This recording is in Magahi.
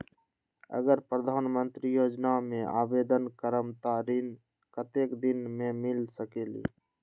अगर प्रधानमंत्री योजना में आवेदन करम त ऋण कतेक दिन मे मिल सकेली?